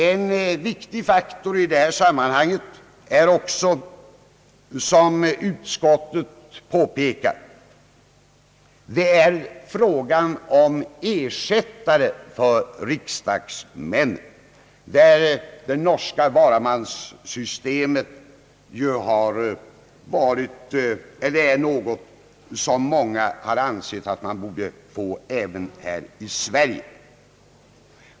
En viktig faktor i detta sammanhang är också, som utskottet påpekar, frågan om ersättare för riksdagsmännen, där det norska systemet med varamann ju är något som många har ansett att vi borde få även här i Sverige.